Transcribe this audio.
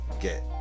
Get